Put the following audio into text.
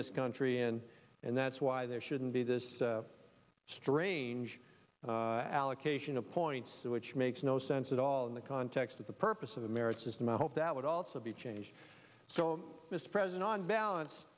this country and and that's why there shouldn't be this strange allocation of points which makes no sense at all in the context of the purpose of the marriage system i hope that would also be changed so mr president on balance